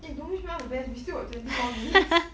eh don't wish me all the best we still got twenty more minutes